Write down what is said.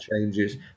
changes